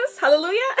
Hallelujah